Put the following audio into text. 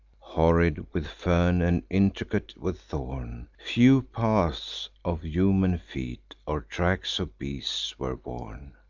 horrid with fern, and intricate with thorn few paths of human feet, or tracks of beasts, were worn.